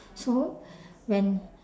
so when